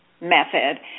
method